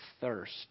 thirst